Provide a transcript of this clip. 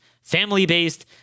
family-based